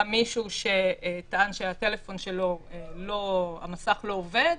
היה מישהו שטען שבטלפון שלו המסך לא עובד,